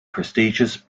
prestigious